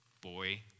boy